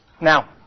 Now